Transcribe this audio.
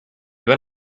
ver